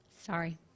Sorry